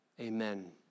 Amen